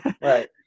Right